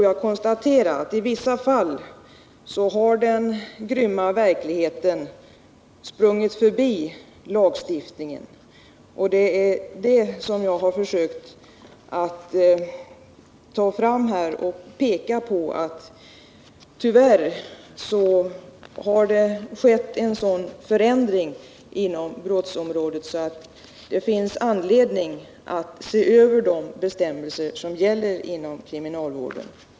Jag tror att vi kan konstatera att den grymma verkligheten i vissa fall har sprungit förbi lagstiftningen. Det är detta jag har försökt peka på här. Det har tyvärr skett en sådan förändring inom brottsområdet att det finns anledning att se över de bestämmelser som gäller inom kriminalvården.